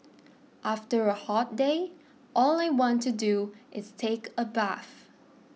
after a hot day all I want to do is take a bath